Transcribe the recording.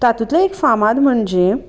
तातूंतलें एक फामाद म्हणजे